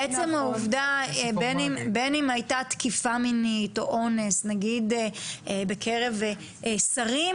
בין הייתה תקיפה מינית או אונס בקרב שרים,